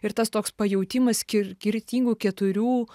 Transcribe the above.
ir tas toks pajautimas skir skirtingų keturių